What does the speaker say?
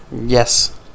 Yes